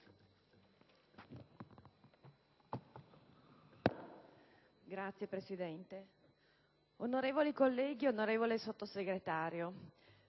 Signor Presidente, onorevoli colleghi, onorevole Sottosegretario,